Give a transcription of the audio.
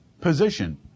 position